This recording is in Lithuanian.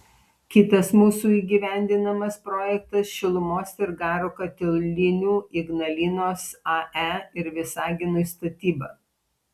kitas mūsų įgyvendinamas projektas šilumos ir garo katilinių ignalinos ae ir visaginui statyba